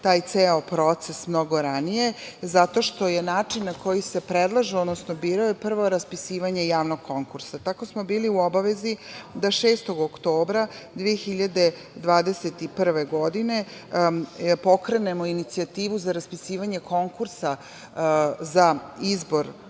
taj ceo proces mnogo ranije, zato što je način na koji se predlažu odnosno biraju prvo raspisivanje javnog konkursa. Tako smo bili u obavezi da 6. oktobra 2021. godine pokrenemo inicijativu za raspisivanje konkursa za izbor